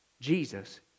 Jesus